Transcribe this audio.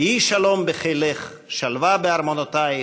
"יהי שלום בחילך, שלוה בארמנותיִך.